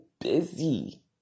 busy